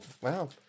Wow